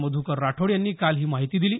मधुकर राठोड यांनी काल ही माहिती दिली